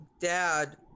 dad